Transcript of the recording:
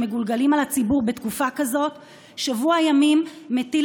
שמגולגלים על הציבור בתקופה כזאת: שבוע ימים מטיל